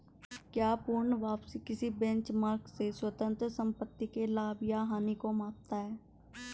क्या पूर्ण वापसी किसी बेंचमार्क से स्वतंत्र संपत्ति के लाभ या हानि को मापता है?